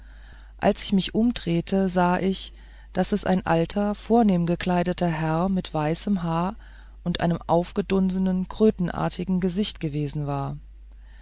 als ich mich umdrehte sah ich daß es ein alter vornehm gekleideter herr mit weißem haar und einem aufgedunsenen krötenartigen gesicht gewesen war